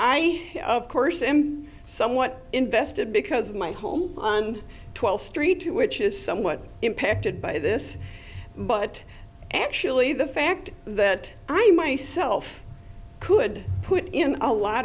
i of course am somewhat invested because of my home on twelfth street which is somewhat impacted by this but actually the fact that i myself could put in a lot